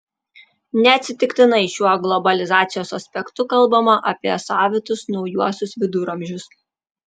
neatsitiktinai šiuo globalizacijos aspektu kalbama apie savitus naujuosius viduramžius